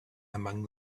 among